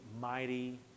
mighty